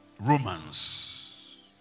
romans